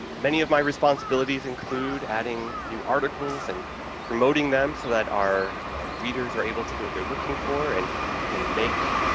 many of my responsibilities include adding new articles and promoting them so that our readers are able to get what they're looking for and can make,